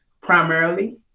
primarily